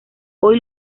hoy